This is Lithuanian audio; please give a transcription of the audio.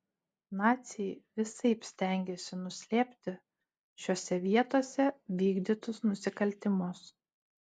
naciai visaip stengėsi nuslėpti šiose vietose vykdytus nusikaltimus